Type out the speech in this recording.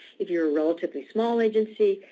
if you're a relatively small agency,